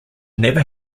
never